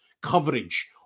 coverage